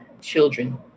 children